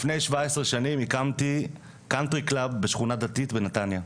לפני שבע עשרה שנים הקמתי קאנטרי קלאב בשכונה דתית בנתניה,